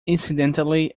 incidentally